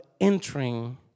entering